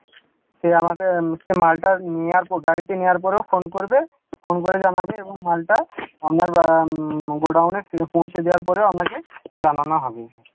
সে আমাকে সে মালটা নেওয়ার পর গাড়িতে নেওয়ার পরও ফোন করবে ফোন করে জানাবে এবং মালটা আপনার গোডাউনে পৌঁছে দেওয়ার পরও আপনাকে জানানো হবে